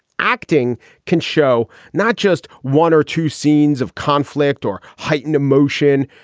acting can show not just one or two scenes of conflict or heightened emotion,